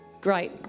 Great